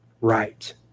right